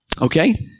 Okay